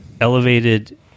elevated